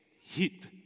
heat